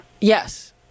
Yes